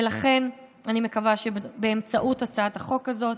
ולכן, אני מקווה שבאמצעות הצעת החוק הזאת,